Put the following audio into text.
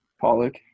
Pollock